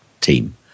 team